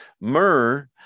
Myrrh